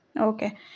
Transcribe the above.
Okay